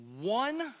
one